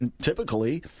typically